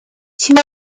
清末